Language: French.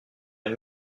une